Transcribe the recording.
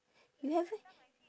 you haven't